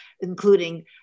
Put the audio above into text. including